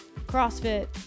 CrossFit